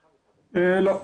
לא.